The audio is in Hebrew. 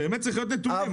באמת צריך להיות נתונים,